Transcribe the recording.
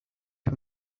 you